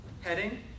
heading